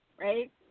right